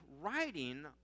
writing